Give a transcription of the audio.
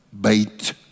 bait